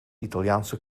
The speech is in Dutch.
italiaanse